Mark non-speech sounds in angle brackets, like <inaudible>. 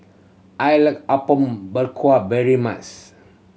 I like Apom Berkuah very <unintelligible>